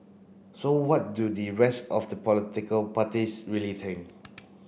so what do the rest of the political parties really think